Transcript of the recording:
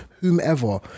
Whomever